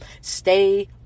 Stay